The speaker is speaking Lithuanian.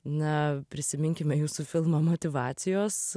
na prisiminkime jūsų filmą motyvacijos